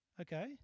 Okay